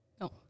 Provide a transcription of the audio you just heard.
No